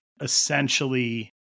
essentially